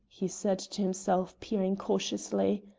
he said to himself, peering cautiously,